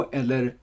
eller